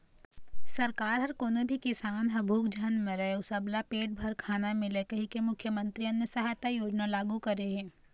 सरकार ह कोनो भी किसान ह भूख झन मरय अउ सबला पेट भर खाना मिलय कहिके मुख्यमंतरी अन्न सहायता योजना लागू करे हे